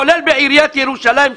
כולל בעיריית ירושלים,